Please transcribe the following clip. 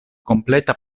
kompleta